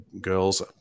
girls